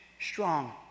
strong